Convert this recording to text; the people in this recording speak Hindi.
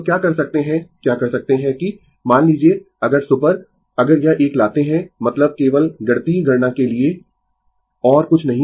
तो क्या कर सकते है क्या कर सकते है कि मान लीजिए अगर सुपर अगर यह एक लाते है मतलब केवल गणितीय गणना के लिए और कुछ नहीं